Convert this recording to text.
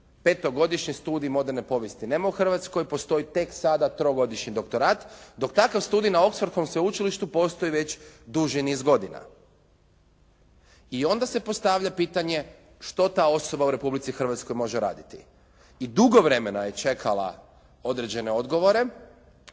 Petogodišnji studij moderne povijesti nema u Hrvatskoj, postoji tek sada trogodišnji doktorat. Dok takav studij na Oxfordskom sveučilištu postoji već duži niz godina. I onda se postavlja pitanje što ta osoba u Republici Hrvatskoj može raditi. I dugo vremena je čekala određene odgovore